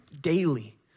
daily